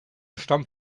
stammt